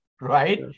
right